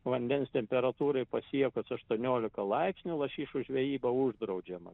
vandens temperatūrai pasiekus aštuoniolika laipsnių lašišų žvejyba uždraudžiama